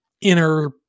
inner